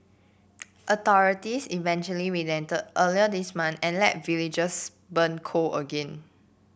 authorities eventually relented earlier this month and let villagers burn coal again